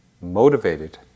motivated